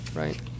right